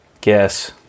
Guess